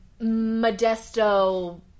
Modesto